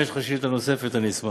אם יש לך שאילתה נוספת, אני אשמח.